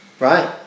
Right